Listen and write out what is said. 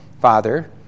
Father